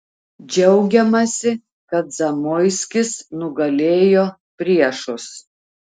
džiaugiamasi kad zamoiskis nugalėjo priešus